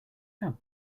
how